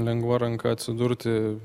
lengva ranka atsidurti